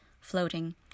floating